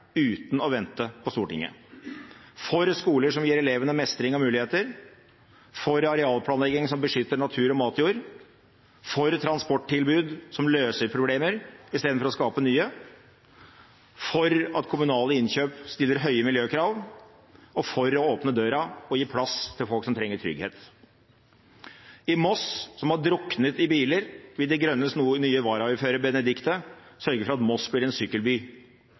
uten å vente på Stortinget – for skoler som gir elevene mestring og muligheter, for arealplanlegging som beskytter natur og matjord, for transporttilbud som løser problemer i stedet for å skape nye, for at kommunale innkjøp stiller høye miljøkrav, og for å åpne døra og gi plass til folk som trenger trygghet. I Moss, som har druknet i biler, vil De Grønnes nye varaordfører Benedicte sørge for at Moss blir en sykkelby.